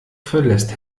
verlässt